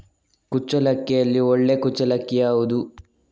ಕುಚ್ಚಲಕ್ಕಿಯಲ್ಲಿ ಒಳ್ಳೆ ಕುಚ್ಚಲಕ್ಕಿ ಯಾವುದು?